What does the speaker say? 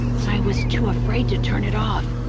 but i was too afraid to turn it off.